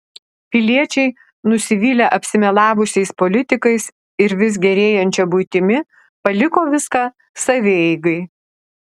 piliečiai nusivylę apsimelavusiais politikais ir vis gerėjančia buitimi paliko viską savieigai